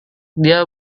dia